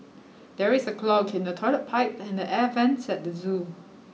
there is a clog in the toilet pipe and the air vents at the zoo